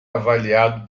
avaliado